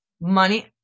money